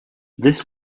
this